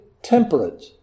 Temperate